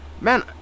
Man